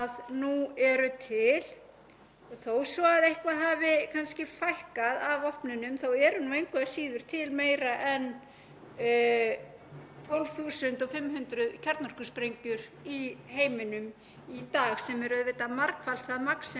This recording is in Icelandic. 12.500 kjarnorkusprengjur í heiminum í dag, sem er auðvitað margfalt það magn sem nægir til að útrýma öllu lífi á jörðinni. Það sem einnig